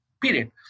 period